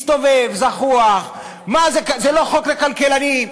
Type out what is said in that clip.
מסתובב זחוח: זה לא חוק לכלכלנים,